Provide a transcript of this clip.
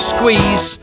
Squeeze